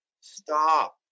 stop